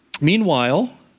Meanwhile